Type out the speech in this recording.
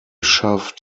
shoved